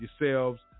yourselves